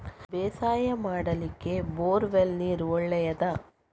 ಬೇಸಾಯ ಮಾಡ್ಲಿಕ್ಕೆ bore well ನೀರು ಒಳ್ಳೆಯದಾ?